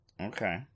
okay